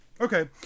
Okay